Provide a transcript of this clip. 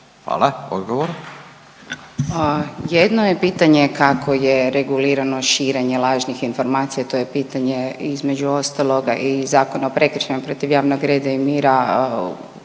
Tena** Pa jedno je pitanje kako je regulirano širenje lažnih informacija, to je pitanje između ostaloga i Zakona o prekršajima protiv radnog reda i mira.